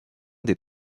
des